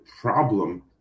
problem